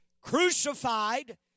crucified